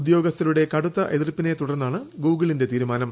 ഉദ്യോഗസ്ഥരുടെ കടുത്ത എതിർപ്പിനെ തുടർന്നാണ് ഗൂഗിളിന്റെ തീരുമാനം